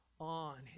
on